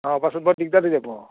অ' পাছত বৰ দিগদাৰ হৈ যাব